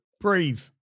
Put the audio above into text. breathe